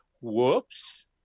whoops